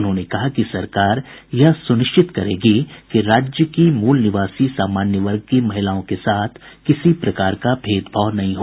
उन्होंने कहा कि सरकार यह व्यवस्था सुनिश्चित करेगी कि राज्य की मूल निवासी सामान्य वर्ग की महिलाओं के साथ किसी प्रकार का भेदभाव नहीं हो